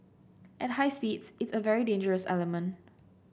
at high speeds it's a very dangerous element